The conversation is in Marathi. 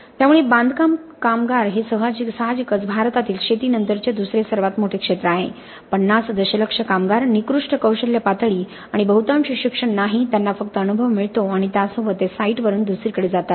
त्यामुळे बांधकाम कामगार हे साहजिकच भारतातील शेतीनंतरचे दुसरे सर्वात मोठे क्षेत्र आहे 50 दशलक्ष कामगार निकृष्ट कौशल्य पातळी आणि बहुतांशी शिक्षण नाही त्यांना फक्त अनुभव मिळतो आणि त्यासोबत ते साइटवरून दुसरीकडे जातात